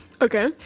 Okay